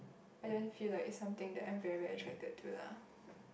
I don't feel like it's something that I'm very very attracted to lah